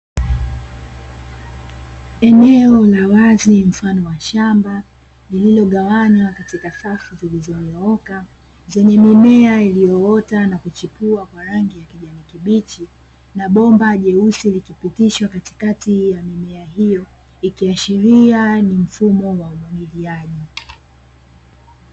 Eneo la wazi mfano wa shamba, lililogawanywa katika safu zilizonyooka; zenye mimea iliyoota na kuchipua kwa rangi ya kijani kibichi na bomba jeusi likipitishwa katikati ya mimea hiyo, ikiashiria ni mfumo wa umwagiliaji.